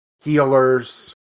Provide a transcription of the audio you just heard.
Healers